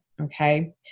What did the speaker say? Okay